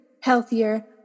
healthier